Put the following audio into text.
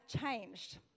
changed